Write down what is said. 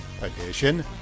Edition